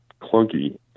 clunky